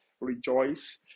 rejoice